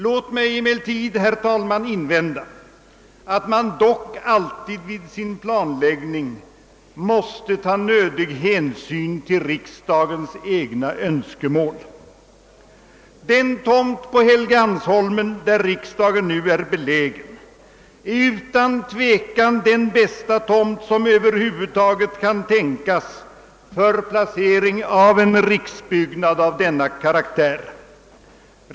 Låt mig emellertid, herr talman, invända att man vid planläggningen alltid måste ta nödig hänsyn till riksdagens egna önskemål. Den tomt på Helgeandsholmen där riksdagshuset nu är beläget är utan tvivel den bästa tomt som över huvud taget kan tänkas för placering av en riksbyggnad av denna karaktär.